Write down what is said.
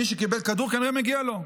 מי שקיבל כדור כנראה מגיע לו.